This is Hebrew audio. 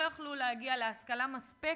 לא יוכלו להגיע להשכלה מספקת.